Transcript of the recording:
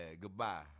goodbye